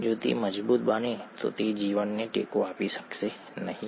જો તે મજબૂત બને છે તો તે જીવનને ટેકો આપી શકશે નહીં